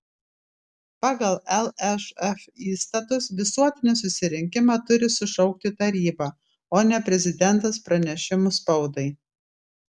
pagal lšf įstatus visuotinį susirinkimą turi sušaukti taryba o ne prezidentas pranešimu spaudai